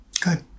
Good